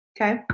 okay